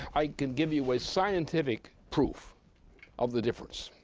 i can give you a scientific proof of the difference,